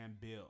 bill